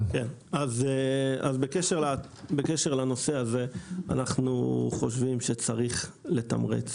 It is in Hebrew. כן, אז בקשר לנושא הזה, אנחנו חושבים שצריך לתמרץ.